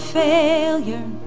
failure